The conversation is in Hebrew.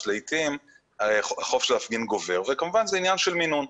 לעתים החופש להפגין גובר וכמובן שזה עניין של מינון.